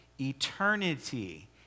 eternity